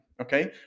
okay